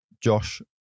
Josh